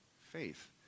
faith